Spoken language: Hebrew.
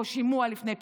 שימוע לפני פיטורים,